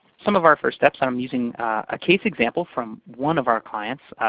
some of our first steps. i'm using a case example from one of our clients,